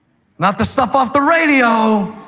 not the stuff off the radio,